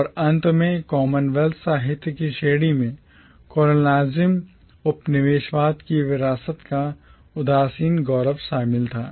और अंत में कॉमनवेल्थ साहित्य की श्रेणी में colonialism उपनिवेशवाद की विरासत का उदासीन गौरव शामिल था